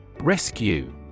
Rescue